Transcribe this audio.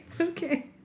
okay